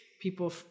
people